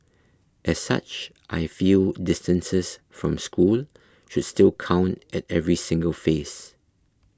as such I feel distances from school should still count at every single phase